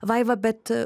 vaiva bet